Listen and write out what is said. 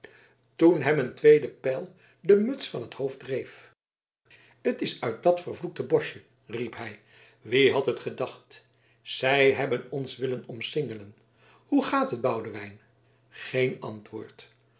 toen hem een tweede pijl de muts van t hoofd dreef het is uit dat vervloekte boschje riep hij wie had het gedacht zij hebben ons willen omsingelen hoe gaat het boudewijn geen antwoord